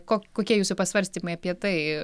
ko kokie jūsų pasvarstymai apie tai